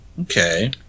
Okay